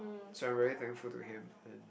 so I'm very thankful to him